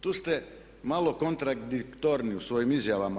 Tu ste malo kontradiktorni u svojim izjavama.